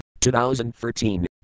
2013